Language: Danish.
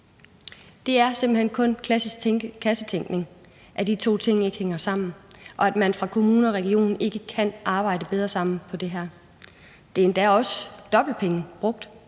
Det er simpelt hen kun kassetænkning, at de to ting ikke hænger sammen, og at man fra kommuners og regioners side ikke kan arbejde bedre sammen om det her. Det er endda også at bruge